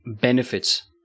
benefits